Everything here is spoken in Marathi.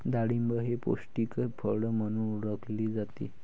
डाळिंब हे पौष्टिक फळ म्हणून ओळखले जाते